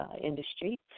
industry